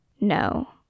no